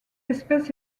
espèce